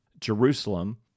Jerusalem